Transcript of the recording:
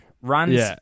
Runs